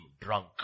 drunk